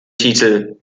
titel